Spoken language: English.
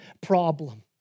problem